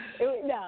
no